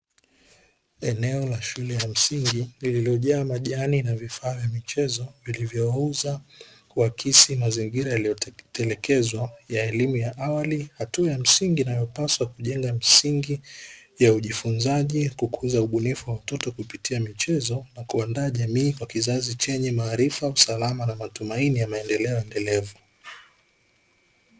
Eneo la shule ya msingi, lililojaa majani na vifaa vya michezo vilivyooza kuakisi mazingira yaliyotelekezwa ya elimu ya awali, hatua ya msingi inayopaswa kujenga msingi ya ujifunzaji, kukuza ubunifu wa mtoto kupitia michezo na kuandaa jamii kwa kizazi chenye maarifa usalama na matumaini ya maendeleo endelevu.